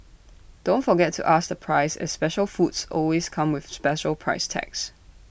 don't forget to ask the price as special foods always come with special price tags